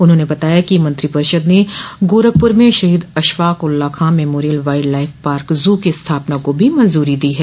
उन्होंने बताया कि मंत्रिपरिषद ने गोरखपुर में शहोद Ashfaq Ullah Khan memorial wildlife park zoo की स्थापना को भी मंजूरी दी है